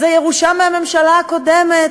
זה ירושה מהממשלה הקודמת,